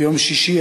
ביום שישי,